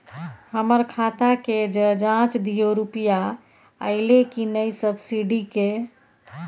हमर खाता के ज जॉंच दियो रुपिया अइलै की नय सब्सिडी के?